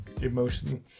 emotionally